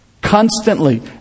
Constantly